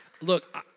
Look